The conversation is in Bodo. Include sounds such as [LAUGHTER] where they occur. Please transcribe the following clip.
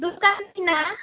[UNINTELLIGIBLE]